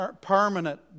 permanent